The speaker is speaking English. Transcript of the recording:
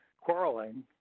quarreling